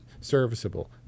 serviceable